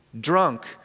drunk